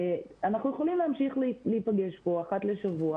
אנחנו יכולים להמשיך להיפגש פה אחת לשבוע